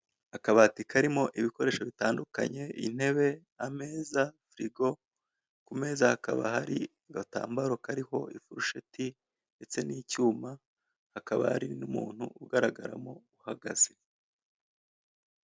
Akabati karimo ibikoresho bitandukanye: intebe, ameza, firigo. Ku meza hakaba hari agatambaro kariho ifurosheti ndetse n'icyuma, hakaba hari n'umuntu ugaragaramo, uhagaze.